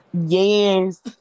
Yes